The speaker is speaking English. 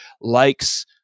likes